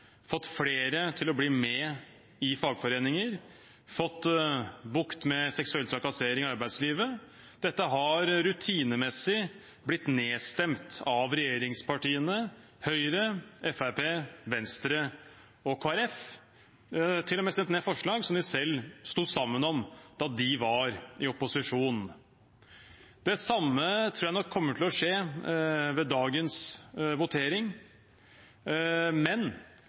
fått flere til å bli med i fagforeninger, fått bukt med seksuell trakassering i arbeidslivet. Dette har rutinemessig blitt nedstemt av regjeringspartiene Høyre, Fremskrittspartiet, Venstre og Kristelig Folkeparti. De har til og med stemt ned forslag som de selv sto sammen om da de var i opposisjon. Det samme tror jeg nok kommer til å skje ved dagens votering, men